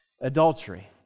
adultery